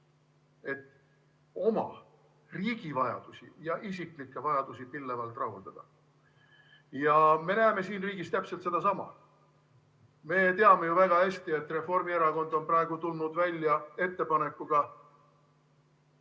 et riigi vajadusi ja isiklikke vajadusi pillavalt rahuldada. Me näeme siin riigis täpselt sedasama. Me teame ju väga hästi, et Reformierakond on praegu tulnud välja ettepanekuga,